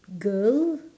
girl